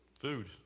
Food